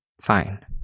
Fine